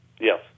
Yes